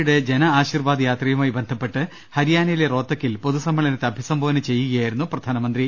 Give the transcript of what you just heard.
യുടെ ജനആശിർവാദ് യാത്രയുമായി ബന്ധപ്പെട്ട് ഹരിയാനയിലെ റോത്തക്കിൽ പൊതുസമ്മേളനത്തെ അഭിസംബോധന ചെയ്യുകയായി രുന്നു പ്രധാനമന്ത്രി